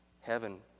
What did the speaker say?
heaven